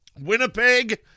Winnipeg